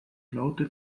laute